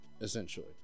essentially